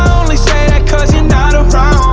only say that cause you're not um